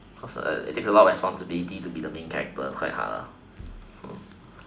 because it takes a lot of responsibility to be the main character it's quite hard so